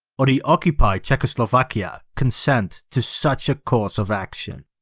or the occupied czechoslovakia consent to such a course of action?